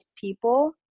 people